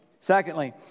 Secondly